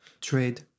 trade